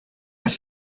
las